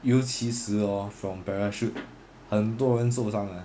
尤其 hor from parachute 很多人受伤 ah